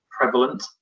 prevalent